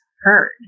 heard